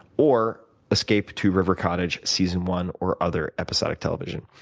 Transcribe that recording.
or escape to river cottage season one, or other episodic television.